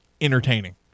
entertaining